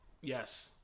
Yes